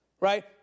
right